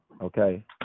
okay